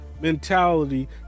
mentality